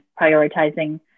prioritizing